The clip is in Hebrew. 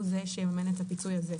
הוא זה שיממן את הפיצוי הזה.